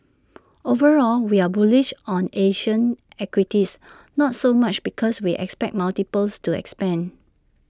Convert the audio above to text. overall we are bullish on Asian equities not so much because we expect multiples to expand